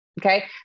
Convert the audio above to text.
okay